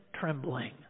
trembling